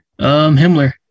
Himmler